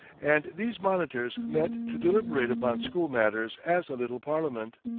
and these monitors met to deliberate upon school matters as a little parliament.